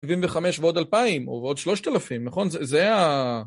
75 ועוד 2,000, או ועוד 3,000, נכון? זה ה...